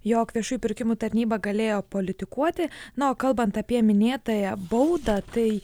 jog viešųjų pirkimų tarnyba galėjo politikuoti na o kalbant apie minėtąją baudą tai